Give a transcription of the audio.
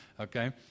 okay